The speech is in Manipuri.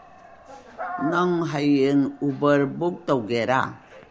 ꯅꯪ ꯍꯌꯦꯡ ꯎꯕꯔ ꯕꯨꯛ ꯇꯧꯒꯦꯔꯥ